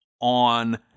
on